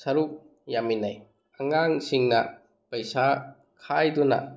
ꯁꯔꯨꯛ ꯌꯥꯃꯤꯟꯅꯩ ꯑꯉꯥꯡꯁꯤꯡꯅ ꯄꯩꯁꯥ ꯈꯥꯏꯗꯨꯅ